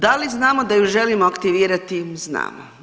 Da li znamo da ju želimo aktivirati, znamo.